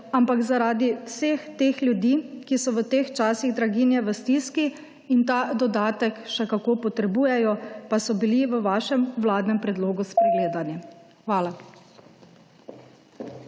ampak zaradi vseh teh ljudi, ki so v teh časih draginje v stiski in ta dodatek še kako potrebujejo, pa so bili v vašem, vladnem predlogu spregledani. Hvala.